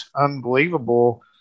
unbelievable